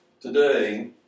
Today